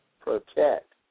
protect